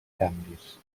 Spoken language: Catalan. canvis